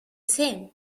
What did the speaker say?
same